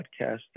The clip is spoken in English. podcast